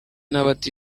n’abata